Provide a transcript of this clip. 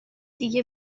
دیگه